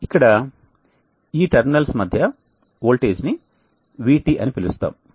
ఇక్కడ ఈ టెర్మినల్స్ మధ్య వోల్టేజ్ ని VT అని పిలుస్తాము